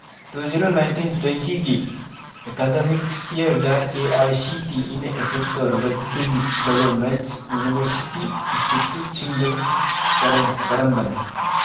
two zero nineteen ꯇ꯭ꯋꯦꯟꯇꯤꯒꯤ academics ꯏꯌꯔꯗ A I C T ꯏꯅ ꯑꯦꯄ꯭ꯔꯨꯞ ꯇꯧꯔꯕ ꯇꯤꯝ ꯒꯕꯔꯃꯦꯟ ꯌꯨꯅꯤꯚꯔꯁꯤꯇꯤ ꯏꯟꯁꯇꯤꯇ꯭ꯌꯨꯠꯁꯤꯡꯗꯨ ꯀꯔꯝ ꯀꯔꯝꯕꯅꯣ